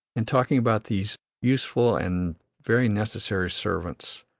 in talking about these useful and very necessary servants,